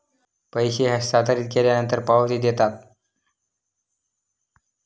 पैसे हस्तांतरित केल्यानंतर पावती देतात